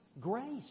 grace